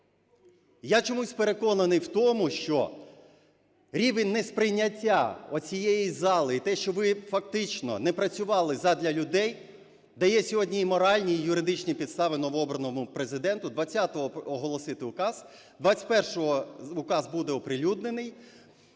Я чомусь переконаний в тому, що рівень несприйняття оцієї зали і те, що ви фактично не працювали задля людей, дає сьогодні і моральні, і юридичні підстави новообраному Президенту 20-го оголосити указ, 21-го указ буде оприлюднений.